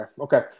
okay